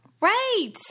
right